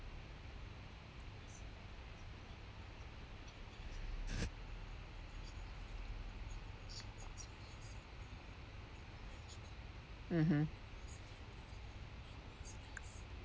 mmhmm